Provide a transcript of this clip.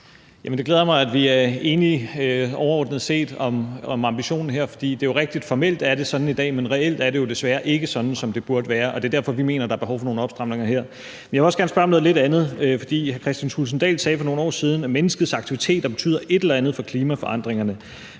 Det glæder mig, at vi overordnet set er enige om ambitionen her, for det er jo rigtigt, at det formelt er sådan i dag, men reelt er det jo desværre ikke sådan, som det burde være. Det er derfor, vi mener, der er behov for nogle opstramninger her. Jeg vil også gerne spørge om noget lidt andet, for hr. Kristian Thulesen Dahl sagde for nogle år siden: »... at menneskets aktiviteter betyder et eller andet for klimaforandringerne.